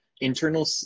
internal